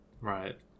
Right